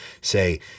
say